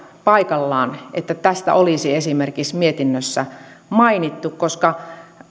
paikallaan että tästä olisi esimerkiksi mietinnössä mainittu koska